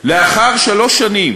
לאחר שלוש שנים